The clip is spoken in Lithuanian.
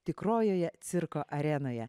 tikrojoje cirko arenoje